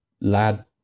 lad